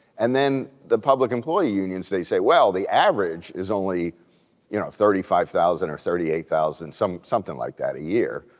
and then the public employee unions, they say, well, the average is only you know thirty five thousand or thirty eight thousand, something like that a year.